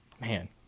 man